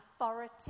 authority